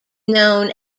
known